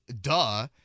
Duh